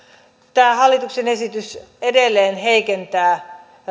tämä hallituksen esitys edelleen heikentää